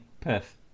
Perth